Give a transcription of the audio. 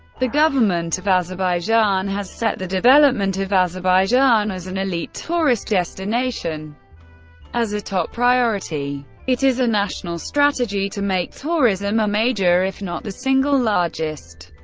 the government of azerbaijan has set the development of azerbaijan as an elite tourist destination as a top priority. it is a national strategy to make tourism a major, if not the single largest,